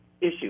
issue